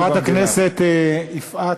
חברת הכנסת יפעת,